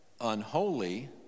unholy